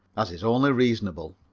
as is only reasonable.